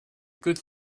good